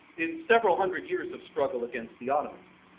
in several hundred years of struggle against the ottomans.